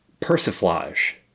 persiflage